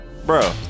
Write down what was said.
Bro